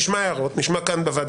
נשמע הערות בוועדה,